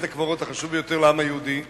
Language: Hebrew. בית-הקברות החשוב ביותר לעם היהודי.